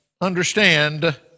understand